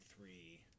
three